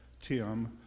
Tim